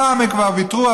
הפעם הם כבר ויתרו,